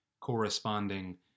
corresponding